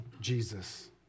Jesus